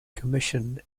commission